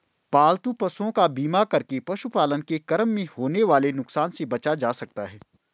पालतू पशुओं का बीमा करके पशुपालन के क्रम में होने वाले नुकसान से बचा जा सकता है